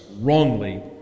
wrongly